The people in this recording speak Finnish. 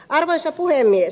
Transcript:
arvoisa puhemies